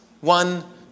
One